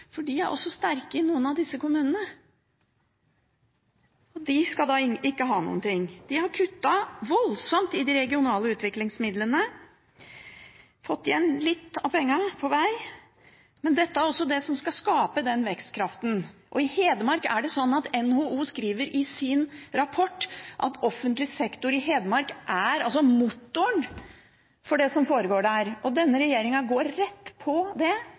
for de er også sterke i noen av disse kommunene. Og de skal da ikke ha noen ting. De har kuttet voldsomt i de regionale utviklingsmidlene – de har fått igjen litt av pengene på vei. Dette er altså det skal skape vekstkraften. NHO skriver i sin rapport at offentlig sektor i Hedmark er motoren for det som foregår der. Denne regjeringen går rett på det